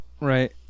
Right